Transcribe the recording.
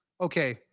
okay